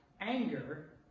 Anger